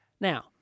Now